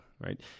right